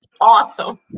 awesome